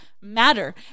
matter